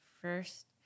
first